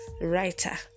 writer